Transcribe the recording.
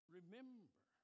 Remember